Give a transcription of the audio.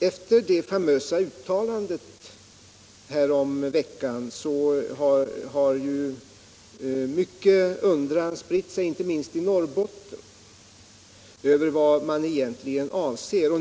Efter det famösa uttalandet häromveckan har mycken undran spritt sig, inte minst i Norrbotten, över vad man egentligen avser.